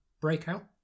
breakout